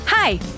Hi